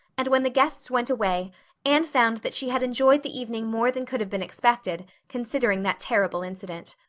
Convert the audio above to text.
and when the guests went away anne found that she had enjoyed the evening more than could have been expected, considering that terrible incident.